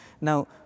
Now